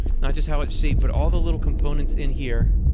not just how it's shaped but all the little components in here,